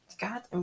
God